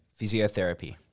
Physiotherapy